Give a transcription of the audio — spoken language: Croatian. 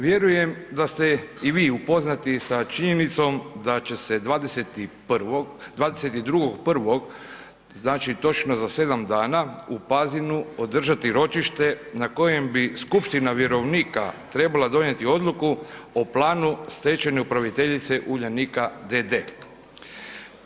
Vjerujem da ste i vi upoznati sa činjenicom da će se 22.1. znači točno za 7 dana, u Pazinu održati ročište na kojem bi skupština vjerovnika trebala donijeti odluku o planu stečajne upraviteljice Uljanika d.d.